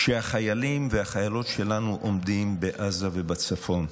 כשהחיילים והחיילות שלנו עומדים בעזה ובצפון,